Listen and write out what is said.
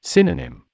Synonym